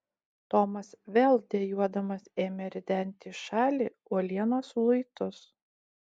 tomas vėl dejuodamas ėmė ridenti į šalį uolienos luitus